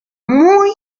muy